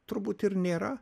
turbūt ir nėra